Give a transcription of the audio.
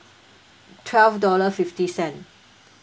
twelve dollar fifty cent